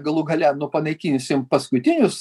galų gale nu panaikinsim paskutinius